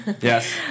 Yes